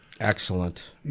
Excellent